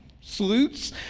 salutes